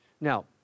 Now